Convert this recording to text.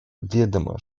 ведомо